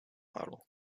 model